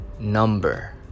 number